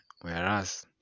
Whereas